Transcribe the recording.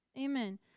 Amen